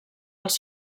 els